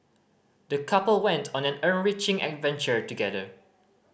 the couple went on an enriching adventure together